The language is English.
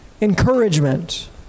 encouragement